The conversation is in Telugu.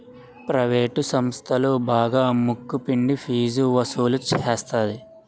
ప్రవేటు సంస్థలు బాగా ముక్కు పిండి ఫీజు వసులు సేత్తది